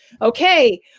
okay